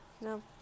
no